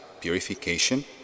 purification